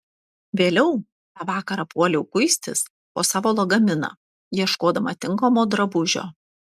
vėliau tą vakarą puoliau kuistis po savo lagaminą ieškodama tinkamo drabužio